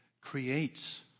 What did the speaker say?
creates